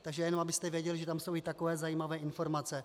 Takže jenom abyste věděli, že tam jsou i takové zajímavé informace.